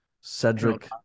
Cedric